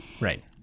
Right